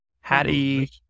Hattie